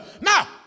Now